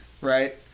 right